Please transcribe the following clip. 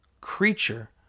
creature